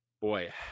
boy